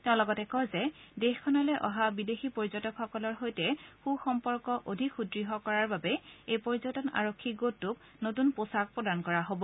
তেওঁ লগতে কয় যে দেশখনলৈ অহা বিদেশী পৰ্যটকসকলৰ সৈতে সু সম্পৰ্ক অধিক সুদৃঢ় কৰাৰ বাবে এই পৰ্যটন আৰক্ষী গোটটোক নতুন পোছাক প্ৰদান কৰা হব